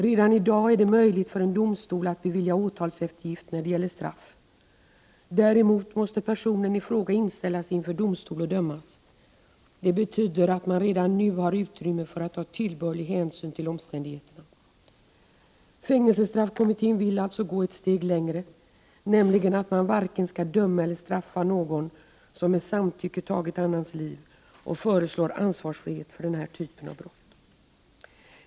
Redan i dag är det möjligt för en domstol att bevilja påföljdseftergift. Däremot måste personen i fråga inställa sig inför domstol och dömas. Det betyder att det redan nu finns utrymme för att ta tillbörlig hänsyn till omständigheterna. Fängelsestraffkommittén vill alltså gå ett steg längre, nämligen att man varken skall döma eller straffa någon som med samtycke tagit annans liv, och föreslår ansvarsfrihet för den typen av brott.